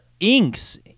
inks